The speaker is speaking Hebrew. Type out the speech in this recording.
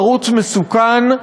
ערוץ מסוכן.